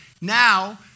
Now